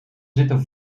zitten